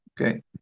Okay